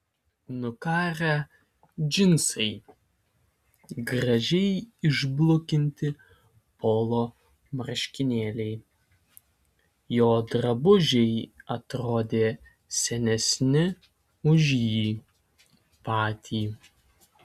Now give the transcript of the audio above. nukarę džinsai gražiai išblukinti polo marškinėliai jo drabužiai atrodė senesni už jį patį